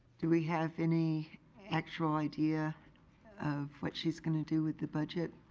do we have any actual idea of what she's gonna do with the budget?